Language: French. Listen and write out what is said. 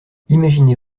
imaginez